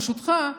ברשותך,